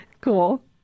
Cool